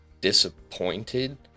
disappointed